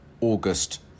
August